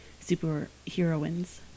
superheroines